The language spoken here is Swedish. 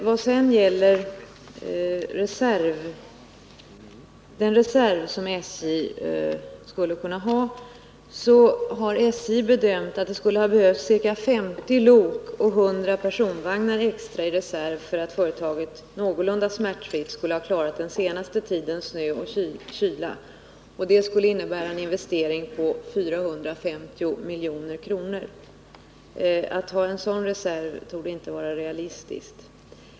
Vad sedan gäller frågan om den reserv som SJ skulle kunna ha hade det enligt SJ:s bedömning behövts en reserv av ca 50 lok och 100 personvagnar för att företaget någorlunda smärtfritt skulle ha kunnat klara trafiken utan störningar under den senaste tidens snö och kyla. Detta skulle innebära en investering på 450 milj.kr. Att ha en sådan reserv torde inte vara realistiskt.